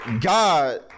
God